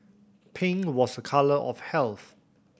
pink was a colour of health